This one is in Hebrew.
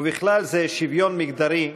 ובכלל זה השוויון המגדרי,